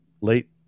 late